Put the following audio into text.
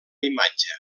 imatge